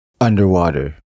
underwater